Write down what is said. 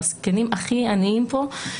הזקנים הכי עניים פה.